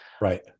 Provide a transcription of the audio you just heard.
right